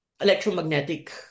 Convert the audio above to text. electromagnetic